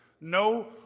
No